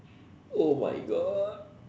oh my god